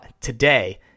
Today